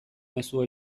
mezua